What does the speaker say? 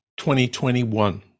2021